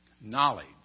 knowledge